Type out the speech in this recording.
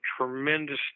tremendous